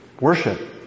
Worship